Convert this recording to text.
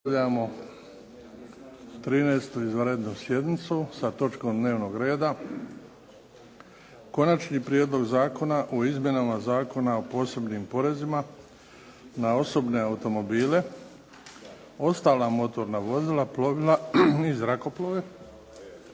13. izvanrednu sjednicu sa točkom 6. Prijedlog zakona o izmjenama Zakona o posebnim porezima na osobne automobile, ostala motorna vozila, plovila i zrakoplove,